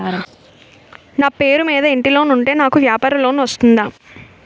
నా పేరు మీద ఇంటి లోన్ ఉంటే నాకు వ్యాపార లోన్ వస్తుందా?